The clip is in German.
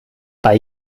bei